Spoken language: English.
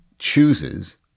chooses